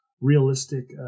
realistic